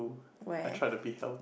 where